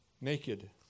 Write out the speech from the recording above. naked